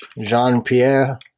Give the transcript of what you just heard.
Jean-Pierre